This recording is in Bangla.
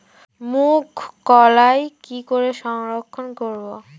মুঘ কলাই কি করে সংরক্ষণ করব?